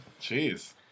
Jeez